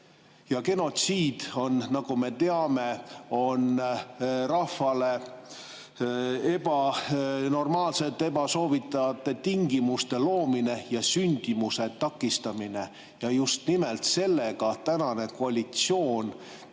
Ja genotsiid on, nagu me teame, rahvale ebanormaalsete, ebasoovitavate tingimuste loomine ja sündimuse takistamine. Just nimelt sellega tänane koalitsioon